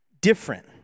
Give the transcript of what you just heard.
different